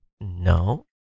No